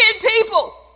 people